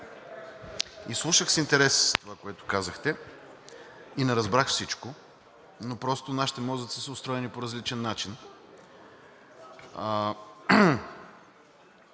изслушах с интерес това, което казахте, и не разбрах всичко, но просто нашите мозъци са устроени по различен начин.